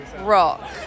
rock